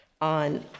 on